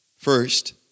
First